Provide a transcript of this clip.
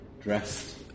dressed